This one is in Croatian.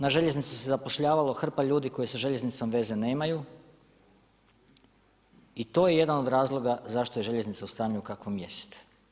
Na željeznici se zapošljavalo hrpa ljudi koji sa željeznicom veze nemaju i to je jedan od razloga zašto je željeznica u stanju u kakvom jest.